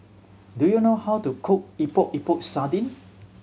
do you know how to cook Epok Epok Sardin